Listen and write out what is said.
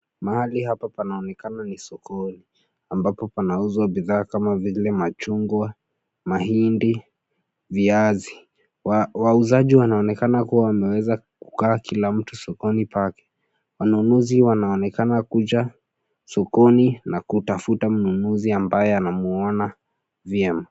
Mahali hapa panaonekana ni sokoni, ambapo panauzwa bidhaa kama vile machungwa, mahindi, viazi. Wauzaji wanaonekana kuwa wameweza kukaa kila mtu sokoni pake. Wanunuzi wanaonekana kuja sokoni na kutafuta mnunuzi ambaye anamuona vyema.